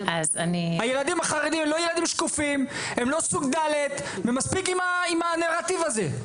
הילדים החרדים לא ילדים שקופים הם לא סוג ד' ומספיק עם הנרטיב הזה.